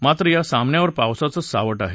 मात्र या सामन्यावर पावसाचं सावट आहे